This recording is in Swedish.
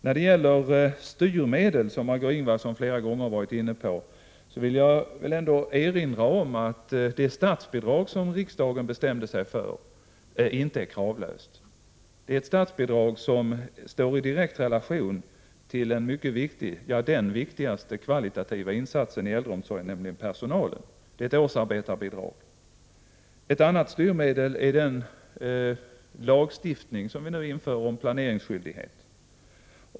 När det gäller styrmedel, som Marg6 Ingvardsson flera gånger har varit inne på, vill jag erinra om att det statsbidrag som riksdagen bestämde sig för inte är kravlöst. Det är ett statsbidrag som står i direkt relation till den viktigaste kvalitativa insatsen i äldreomsorgen, nämligen personalen. Det är ett årsarbetarbidrag. Ett annat styrmedel är den lagstiftning som vi nu inför om planeringsskyldighet.